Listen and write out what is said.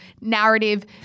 narrative